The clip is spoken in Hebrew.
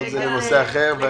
אבל זה לנושא אחר.